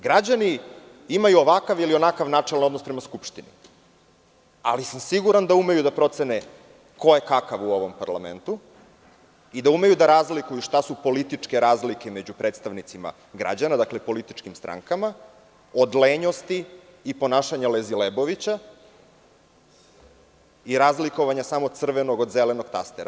Građani imaju ovakav ili onakav odnos prema Skupštini, ali sam siguran da umeju da procene ko je kakav u ovom parlamentu i da umeju da razlikuju šta su političke razlike među predstavnicima građana, političkim strankama, odlenjosti i ponašanja „lezilebovića“ i razlikovanja samo crvenog od zelenog tastera.